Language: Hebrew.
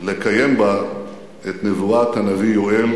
לקיים בה את נבואת הנביא יואל: